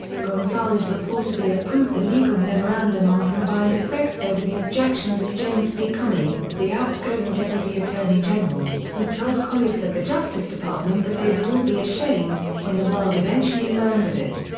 gonzales reportedly approved the legal memorandum on combined effects over the objections of james b. comey, the outgoing deputy attorney general, who told colleagues at the justice department that they would all be ashamed when the world eventually learned of it.